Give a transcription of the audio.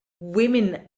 women